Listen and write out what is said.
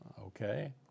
Okay